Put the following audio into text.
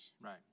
Right